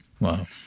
Wow